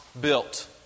built